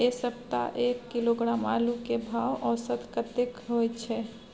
ऐ सप्ताह एक किलोग्राम आलू के भाव औसत कतेक होय छै?